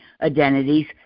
identities